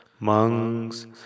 Monks